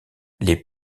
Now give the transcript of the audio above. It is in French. les